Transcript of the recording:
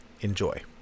Enjoy